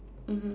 mmhmm